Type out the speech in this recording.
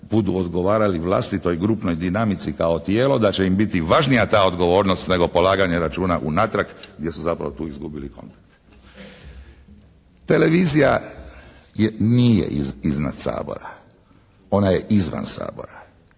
budu odgovarali vlastitoj grupnoj dinamici kao tijelo da će im biti važnija ta odgovornost nego polaganje računa unatrag gdje su zapravo tu izgubili kontakte. Televizija nije iznad Sabora. Ona je izvan Sabora.